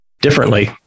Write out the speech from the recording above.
differently